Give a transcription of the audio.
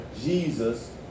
jesus